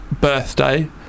birthday